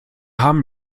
haben